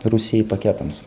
rusijai paketams